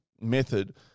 method